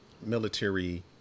military